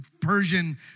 Persian